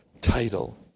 title